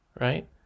right